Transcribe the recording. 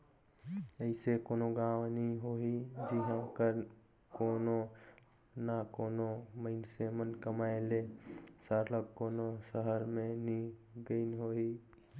अइसे कोनो गाँव नी होही जिहां कर कोनो ना कोनो मइनसे मन कमाए ले सरलग कोनो सहर में नी गइन होहीं